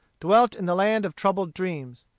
dwelt in the land of troubled dreams.